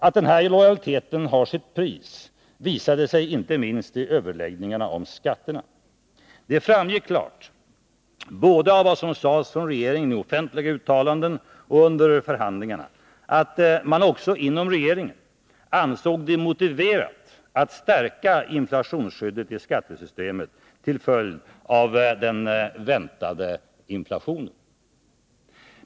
Att den här lojaliteten har sitt pris visade sig inte minst i överläggningarna om skatterna. Det framgick klart både av vad som sades från regeringen i offentliga uttalanden och under förhandlingarna att man också inom regeringen ansåg det motiverat att stärka inflationsskyddet i skattesystemet till följd av den väntade inflationen.